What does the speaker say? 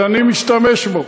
אז אני משתמש בו.